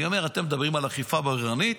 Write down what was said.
אני אומר: אתם מדברים על אכיפה בררנית?